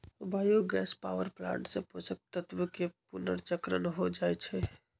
bio gas power plant से पोषक तत्वके पुनर्चक्रण हो जाइ छइ